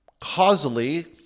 causally